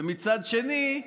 ומצד שני,